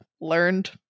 learned